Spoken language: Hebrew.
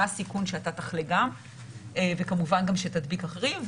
מה הסיכון שאתה תחלה גם וכמובן גם שתדביק אחרים,